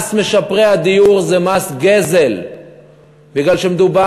מס משפרי הדיור זה מס גזל בגלל שמדובר